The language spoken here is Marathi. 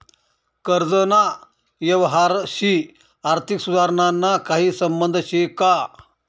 कर्जना यवहारशी आर्थिक सुधारणाना काही संबंध शे का?